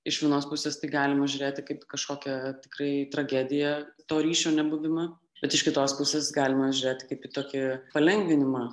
iš vienos pusės tai galima žiūrėti kaip į kažkokią tikrai tragediją to ryšio nebuvimą bet iš kitos pusės galima žiūrėti kaip į tokį palengvinimą